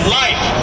life